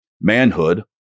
Manhood